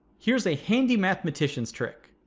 here's a handy mathematicians trick.